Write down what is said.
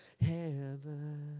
heaven